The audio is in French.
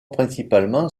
principalement